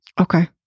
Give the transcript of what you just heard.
Okay